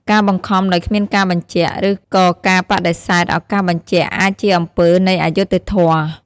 ការបង្ខំដោយគ្មានការបញ្ជាក់ ឬក៏ការបដិសេធឱកាសបញ្ជាក់អាចជាអំពើនៃអយុត្តិធម៌។